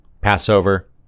Passover